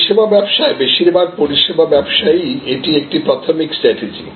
পরিষেবা ব্যবসায় বেশিরভাগ পরিষেবা ব্যবসায়েই এটি একটি প্রাথমিক স্ট্রাটেজি